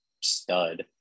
stud